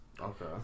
Okay